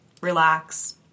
relax